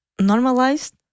normalized